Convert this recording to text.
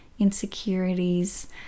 insecurities